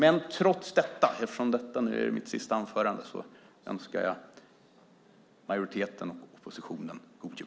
Eftersom detta är mitt sista anförande önskar jag majoriteten och oppositionen god jul.